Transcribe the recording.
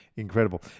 incredible